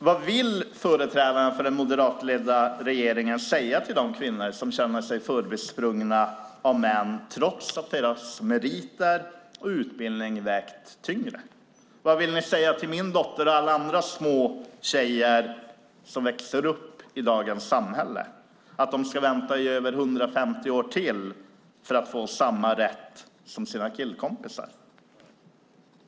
Vad vill företrädarna för den moderatledda regeringen säga till de kvinnor som känner sig förbisprungna av män trots att kvinnornas meriter och utbildning vägt tyngre? Vad vill ni säga till min dotter och alla andra småtjejer som växer upp i dagens samhälle? Är det att de ska vänta i över 150 år till för att få samma rätt som sina killkompisar?